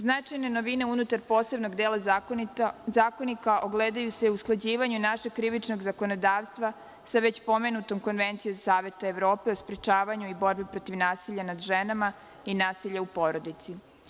Značajne novine unutar posebnog dela Zakonika ogledaju se u usklađivanju našeg krivičnog zakonodavstva sa već pomenutom Konvencijom Saveta Evrope o sprečavanju i borbi protiv nasilja nad ženama i nasilja u porodici.